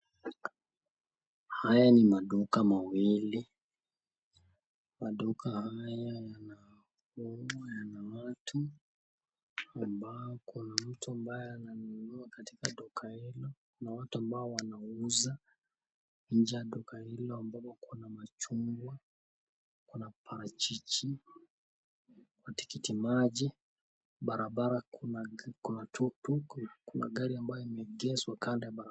Haya ni maduka mawili, maduka haya naona kuna watu, ambao, mtu ambaye ananunua kwa duka hilo, na watu ambao wanauza nje ya duka hilo ambapo kuna chungwa, kuna parachichi, tikiti maji, barabara kuna tuktuk, kuna gari ambayo imeegewa pale.